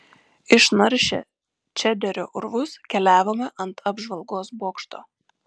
išnaršę čederio urvus keliavome ant apžvalgos bokšto